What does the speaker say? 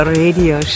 radio